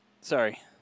Sorry